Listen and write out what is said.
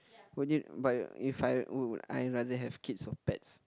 would you but if I would I rather have kids or pets